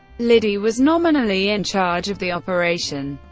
liddy was nominally in charge of the operation,